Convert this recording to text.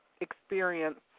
experience